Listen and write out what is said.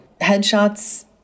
headshots